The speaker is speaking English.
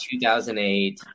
2008